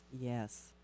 Yes